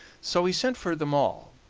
so he sent for them all,